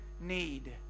need